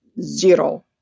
zero